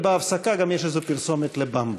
בהפסקה גם יש איזו פרסומת ל"במבה".